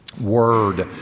word